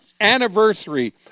anniversary